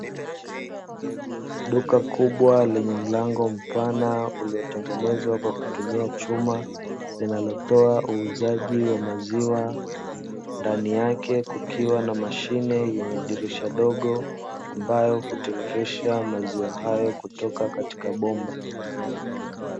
Duka kubwa lenye mlango mpana uliotengenezwa kwa kutumia chuma linalotoa uuzaji wa maziwa, ndani yake kukiwa na mashine yenye dirisha dogo ambayo hutiririsha maziwa hayo kutoka katika bomba.